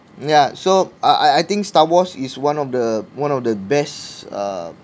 yeah so I I think star wars is one of the one of the best uh